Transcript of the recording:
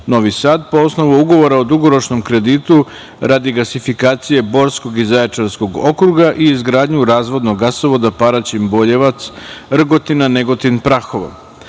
Novi Sad po osnovu ugovora o dugoročnom kreditu, radi gasifikacije Borskog i Zaječarskog okruga i izgradnju razvodnog gasovoda Paraćin-Boljevac-Rgotina-Negotin-Prahovo.